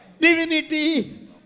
Divinity